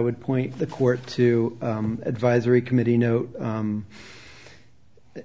would point the court to advisory committee no